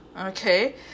Okay